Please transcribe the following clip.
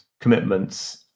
commitments